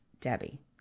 Debbie